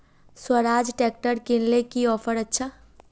Swaraj tractor किनले की offer अच्छा?